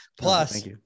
plus